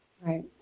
Right